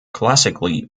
classically